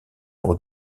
pour